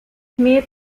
smith